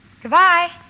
Goodbye